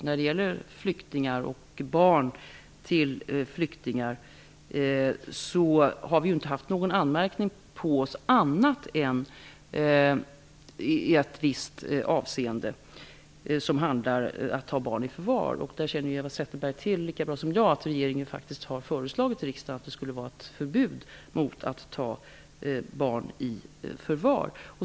När det gäller flyktingar och barn till flyktingar har vi inte fått någon anmärkning på oss annat än i ett visst avseende, nämligen då det handlar om att ta barn i förvar. Eva Zetterberg känner till lika bra som jag att regeringen faktiskt har föreslagit riksdagen att det skulle införas ett förbud mot att ta barn i förvar.